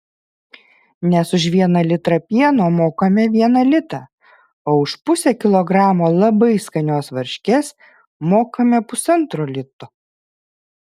nes už vieną litrą pieno mokame vieną litą o už pusę kilogramo labai skanios varškės mokame pusantro lito